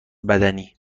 بدنی